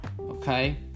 okay